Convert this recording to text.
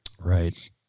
Right